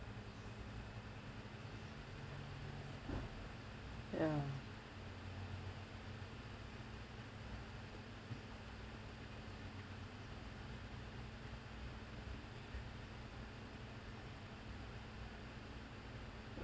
ya